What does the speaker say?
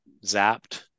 zapped